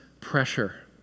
pressure